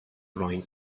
rind